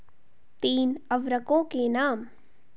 तीन उर्वरकों के नाम?